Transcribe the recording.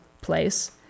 place